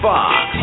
Fox